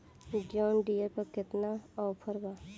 John Deere पर केतना offer बा?